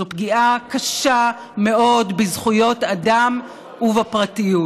זאת פגיעה קשה מאוד בזכויות אדם ובפרטיות,